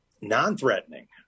non-threatening